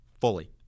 fully